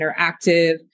interactive